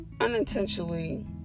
unintentionally